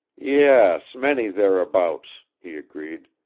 yes, many thereabouts, he agreed.